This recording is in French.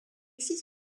fils